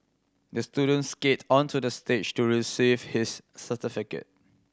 the student skated onto the stage to receive his certificate